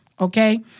Okay